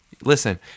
Listen